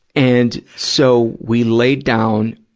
and, so, we laid down,